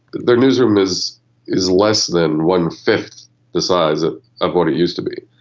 their newsroom is is less than one-fifth the size ah of what it used to be.